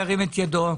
ירים את ידו.